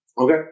Okay